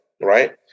right